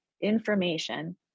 information